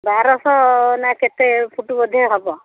ବାରଶହ ନା କେତେ ଫୁଟ୍ ବୋଧେ ହେବ